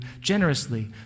generously